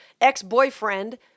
ex-boyfriend